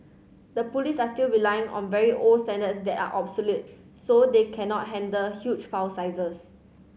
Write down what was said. the police are still relying on very old standards that are obsolete so they cannot handle huge file sizes